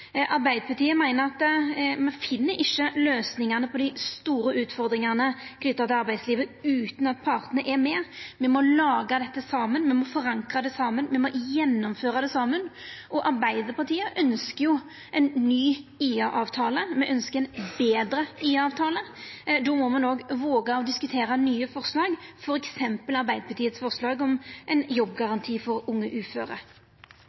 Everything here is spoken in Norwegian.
løysingane på dei store utfordringane knytte til arbeidslivet utan at partane er med. Me må laga dette saman, me må forankra det saman, me må gjennomføra det saman. Arbeidarpartiet ønskjer ein ny IA-avtale, me ønskjer ein betre IA-avtale. Då må me òg våga å diskutera nye forslag, f.eks. Arbeidarpartiets forslag om ein jobbgaranti for unge uføre.